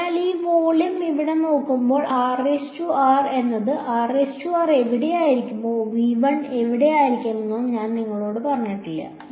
അതിനാൽ ഈ വോള്യം ഇവിടെ നോക്കുമ്പോൾ r എന്നത് r എവിടെ ആയിരിക്കാമെന്നോ എവിടെ ആയിരിക്കാമെന്നോ ഞാൻ നിങ്ങളോട് പറഞ്ഞിട്ടില്ല